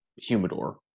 humidor